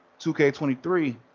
2k23